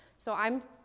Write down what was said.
so i'm,